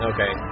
Okay